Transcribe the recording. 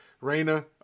Reina